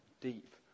deep